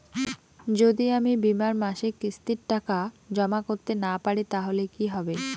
যদি আমি বীমার মাসিক কিস্তির টাকা জমা করতে না পারি তাহলে কি হবে?